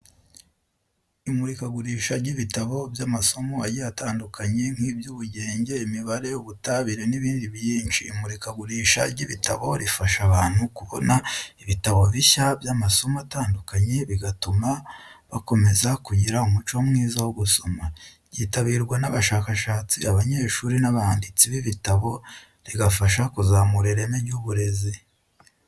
Imurikagurisha ry'ibitabo by'amasomo agiye atandukanye nkiby'ubugenge, imibare, ubutabire n'ibindi byinshi. Imurikagurisha ry’ibitabo rifasha abantu kubona ibitabo bishya by'amasomo atandukanye, bigatuma bakomeza kugira umuco mwiza wo gusoma. Ryitabirwa n'abashakashatsi, abanyeshuri n’abanditsi b'ibitabo, rigafasha kuzamura ireme ry'uburezi.